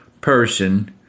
person